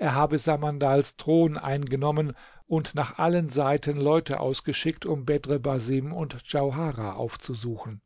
er habe samandals thron eingenommen und nach allen seiten leute ausgeschickt um bedr basim und djauharah aufzusuchen